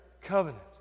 covenant